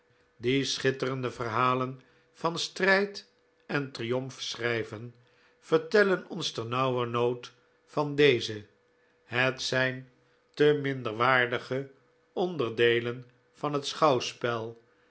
die schitterende verhalen van strijd en triomf schrijven vertellen ons ternauwernood van deze het zijn te minderwaardige onderdeelen van het schouwspel